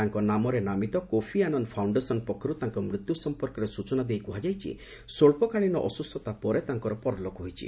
ତାଙ୍କ ନାମରେ ନାମିତ କୋଫି ଆନନ୍ ଫାଉଶ୍ଡେସନ୍ ପକ୍ଷରୁ ତାଙ୍କ ମୃତ୍ୟୁ ସମ୍ପର୍କରେ ସୂଚନା ଦେଇ କୁହାଯାଇଛି ସ୍ୱଚ୍ଚକାଳୀନ ଅସ୍କୁସ୍ଥତା ପରେ ତାଙ୍କର ପରଲୋକ ହୋଇଛି